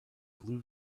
blue